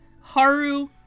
Haru